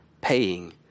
paying